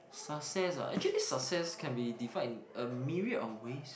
success ah actually success can be divide in a myriad of ways